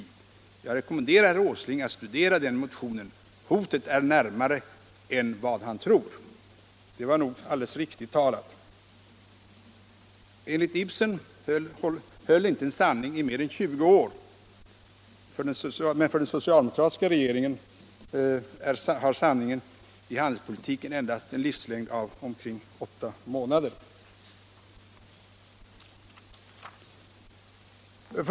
Jag rekommenderar herr Åsling att studera den motionen. Hotet är närmare än vad han tror.” Det var nog alldeles riktigt talat. Enligt Ibsen höll inte en sanning i mer än 20 år. Men för den socialdemokratiska regeringen har sanningen i handelspolitiken en livslängd av endast omkring åtta månader.